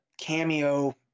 cameo